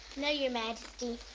no, your majesty.